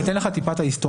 אתן לך טיפה את ההיסטוריה,